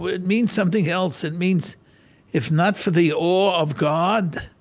it means something else. it means if not for the awe of god,